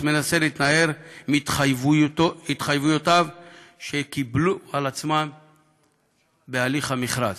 מנסה להתנער מההתחייבויות שקיבל על עצמו בהליך המכרז.